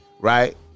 right